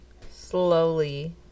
slowly